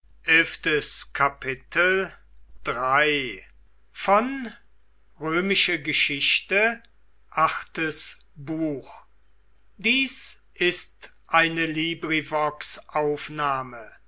sind ist eine